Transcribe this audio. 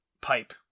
pipe